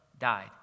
Died